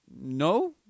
no